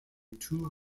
two